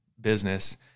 business